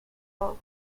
all